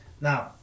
Now